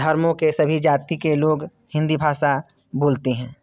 धर्मों के सभी जाति के लोग हिंदी भाषा बोलते हैं